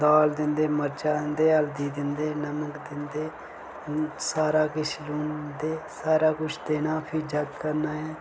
दाल दिंदे मर्चां दिंदे हल्दी दिंदे नमक दिंदे सारा किश लून दिंदे सारा किश देना फ्ही जग करना ऐ